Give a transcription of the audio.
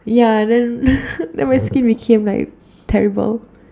yeah then then my skin became like terrible